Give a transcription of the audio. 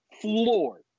floored